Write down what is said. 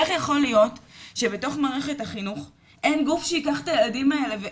איך יכול להיות שבתוך מערכת החינוך אין גוף שייקח את הילדים האלו?